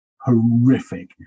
horrific